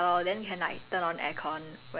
ya correct [what]